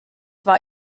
war